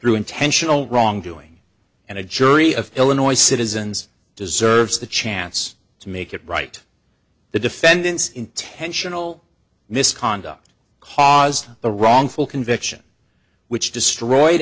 through intentional wrongdoing and a jury of illinois citizens deserves the chance to make it right the defendant's intentional misconduct caused the wrongful conviction which destroyed